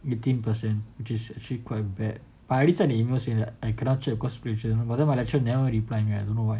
eighteen percent which is actually quite bad but I already sent the emails already I cannot check cause plagiarism but then my cher never reply me I don't know why